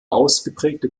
ausgeprägte